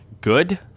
Good